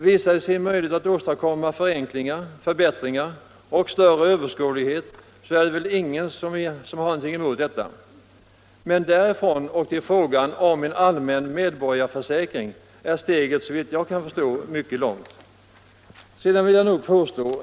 Visar det sig möjligt att åstadkomma förenklingar, förbättringar och större överskådlighet, är det väl ingen som har någonting emot detta. Men därifrån och till frågan om en allmän medborgarförsäkring är steget, såvitt jag kan förstå, mycket långt.